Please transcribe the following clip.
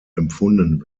empfunden